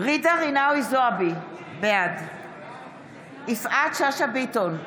ג'ידא רינאוי זועבי, בעד יפעת שאשא ביטון,